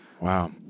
Wow